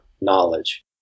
knowledge